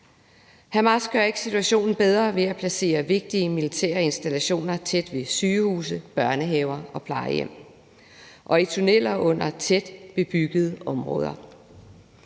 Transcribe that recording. Hamas gør ikke situationen bedre ved at placere vigtige militære installationer tæt ved sygehuse, børnehaver og plejehjem og i tunneller under tætbebyggede områder.